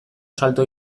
salto